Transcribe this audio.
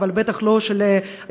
אבל בטח לא של ירושלים,